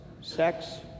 sex